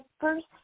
first